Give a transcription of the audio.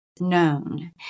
known